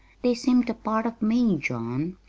they seemed a part of me, john.